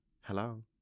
hello